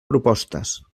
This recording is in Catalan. propostes